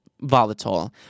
volatile